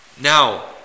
Now